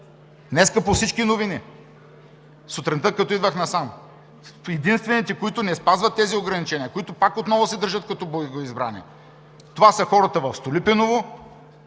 днес – по всички новини сутринта, като идвах насам, които не спазват тези ограничения, които отново се държат като богоизбрани, са хората в Столипиново